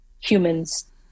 humans